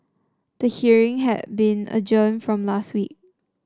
the hearing had been adjourned from last week